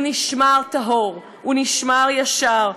הוא נשמר טהור, הוא נשמר ישר,